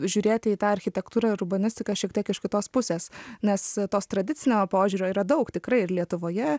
žiūrėti į tą architektūrą urbanistiką šiek tiek iš kitos pusės nes tos tradicinio požiūrio yra daug tikrai ir lietuvoje